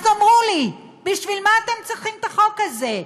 אז תאמרו לי, בשביל מה אתם צריכים את החוק הזה?